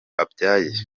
abyaye